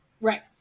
Right